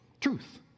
Truth